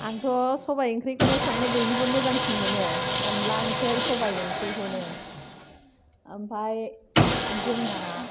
आंथ' सबाय ओंख्रिखौनो संनो बयनिफ्राय मोजांसिन मोनो अनद्ला ओंख्रै सबाय ओंख्रैखौनो आमफाय जोंना